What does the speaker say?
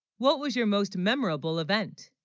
what was your most memorable event?